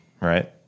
right